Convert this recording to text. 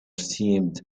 seemed